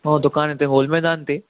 हा दुकानु हिते हॉल मैदान ते